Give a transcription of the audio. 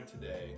today